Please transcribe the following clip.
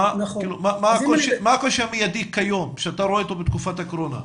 מה הקושי המיידי כיום שאתה רואה אותו בתקופת הקורונה?